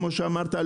כמו שאמרת,